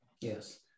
yes